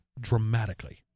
dramatically